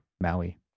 Maui